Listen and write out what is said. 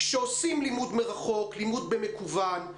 כשעושים לימוד מרחוק מקוון,